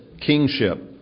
kingship